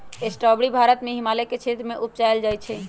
strawberry Bharat के हिमालय क्षेत्र में उपजायल जाइ छइ